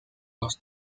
nos